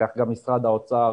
כך גם משרד האוצר,